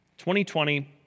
2020